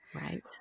right